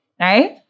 Right